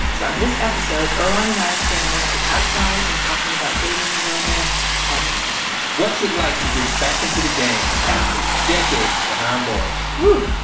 so on this episode, earlonne and i are staying mostly outside and talking about dating and romance after prison what's it like to get back into the game after decades behind bars? oof,